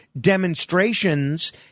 demonstrations